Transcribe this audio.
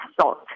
salt